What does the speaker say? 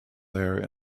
there